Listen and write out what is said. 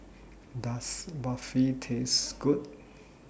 Does Barfi Taste Good